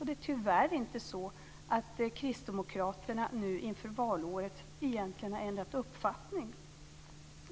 Det är tyvärr inte så att kristdemokraterna nu inför valåret egentligen har ändrat uppfattning.